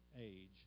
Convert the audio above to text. age